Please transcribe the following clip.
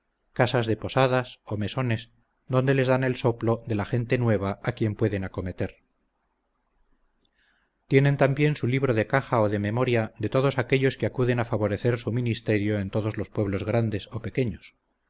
casas de posadas o mesones donde les dan el soplo de la gente nueva a quien pueden acometer tienen también su libro de caja o de memoria de todos aquellos que acuden a favorecer su ministerio en todos los pueblos grandes o pequeños